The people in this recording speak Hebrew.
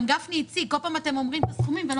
גם גפני הציג: כל פעם אתם אומרים את הסכומים ולא